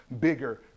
bigger